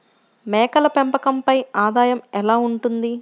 మేకల పెంపకంపై ఆదాయం ఎలా ఉంటుంది?